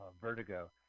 Vertigo